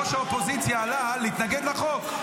ראש האופוזיציה עלה להתנגד לחוק.